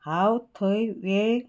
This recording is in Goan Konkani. हांव थंय वेळ